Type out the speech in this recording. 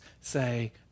say